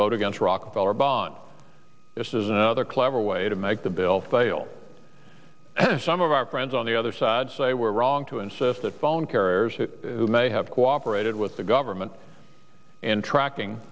vote against rockefeller bond this is another clever way to make the bill fail and some of our friends on the other side say we're wrong to insist that phone carriers who may have cooperated with the government in tracking